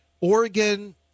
Oregon